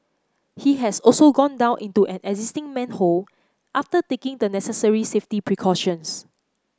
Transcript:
he has also gone down into an existing manhole after taking the necessary safety precautions